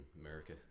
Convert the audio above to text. America